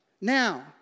Now